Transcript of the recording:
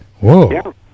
Whoa